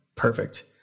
Perfect